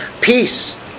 peace